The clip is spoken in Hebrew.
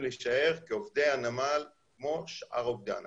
להישאר כעובדי הנמל כמו שאר עובדי הנמל.